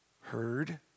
heard